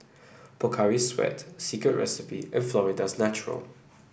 Pocari Sweat Secret Recipe and Florida's Natural